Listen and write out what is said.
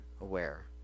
aware